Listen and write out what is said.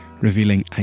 revealing